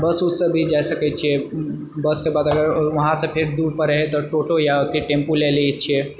बस वुस सेभी जाए सकैत छिए बसके बाद अगर वहाँसे फेर दूर पड़ रहै तऽ टोटो या अथि टेम्पू लए लए छिए